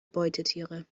beutetiere